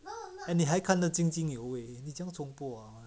那你还看得津津有味你还要重播 ah